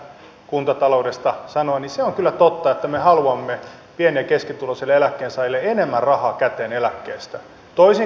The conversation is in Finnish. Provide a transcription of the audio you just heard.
täytyy ensinnäkin tästä kuntataloudesta sanoa että se on kyllä totta että me haluamme pieni ja keskituloisille eläkkeensaajille enemmän rahaa käteen eläkkeestä toisin kuin keskusta